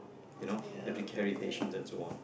you know you have to carry stations and so on